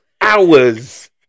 Hours